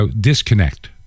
disconnect